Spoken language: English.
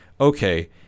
okay